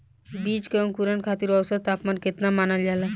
बीज के अंकुरण खातिर औसत तापमान केतना मानल जाला?